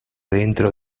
dentro